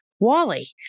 Wally